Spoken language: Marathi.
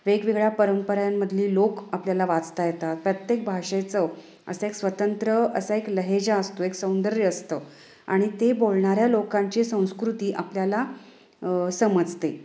वेगवेगळ्या परंपरांमधली लोक आपल्याला वाचता येतात प्रत्येक भाषेचं असं एक स्वतंत्र असा एक लहेजा असतो एक सौंदर्य असतं आणि ते बोलणाऱ्या लोकांची संस्कृती आपल्याला समजते